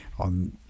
on